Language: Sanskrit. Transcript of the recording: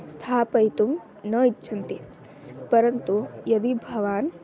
स्थापयितुं न इच्छन्ति परन्तु यदि भवान्